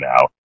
now